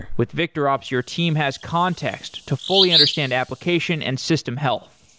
with victorops, your team has context to fully understand application and system health.